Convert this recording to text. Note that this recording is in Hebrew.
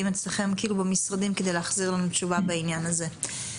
אצלכם במשרדים כדי להחזיר לנו תשובה בעניין הזה.